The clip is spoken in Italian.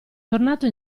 tornato